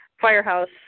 Firehouse